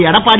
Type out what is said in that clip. Edappadi